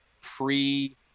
pre